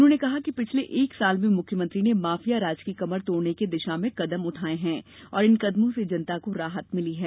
उन्होंने कहा कि पिछले एक साल में मुख्यमंत्री ने माफिया राज की कमर तोड़ने की दिशा में कदम उठाये हैं और इन कदमों से जनता को राहत भिली है